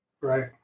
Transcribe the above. Right